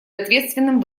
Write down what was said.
ответственным